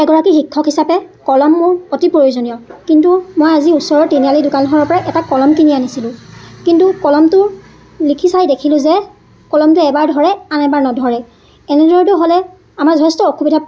এগৰাকী শিক্ষক হিচাপে কলম মোৰ অতি প্ৰয়োজনীয় কিন্তু মই আজি ওচৰৰ তিনিআলি দোকানখৰ পৰা এটা কলম কিনি আনিছিলোঁ কিন্তু কলমটো লিখি চাই দেখিলোঁ যে কলমটো এবাৰ ধৰে আন এবাৰ নধৰে এনেদৰেতো হ'লে আমাৰ যথেষ্ট অসুবিধা